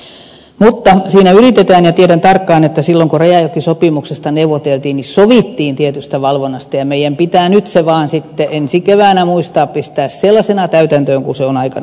mutta siinä yritetään ja tiedän tarkkaan että silloin kun rajajokisopimuksesta neuvoteltiin sovittiin tietystä valvonnasta ja meidän pitää nyt se vaan sitten ensi keväänä muistaa pistää sellaisena täytäntöön kun se on aikanaan sovittu